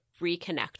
reconnect